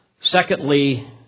Secondly